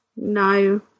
No